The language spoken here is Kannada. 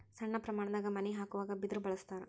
ಸಣ್ಣ ಪ್ರಮಾಣದಾಗ ಮನಿ ಹಾಕುವಾಗ ಬಿದರ ಬಳಸ್ತಾರ